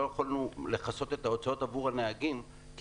לא יכולנו לכסות את ההוצאות עבור הנהגים כי